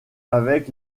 avec